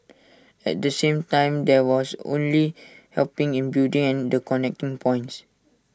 at the same time there was only helping in building and the connecting points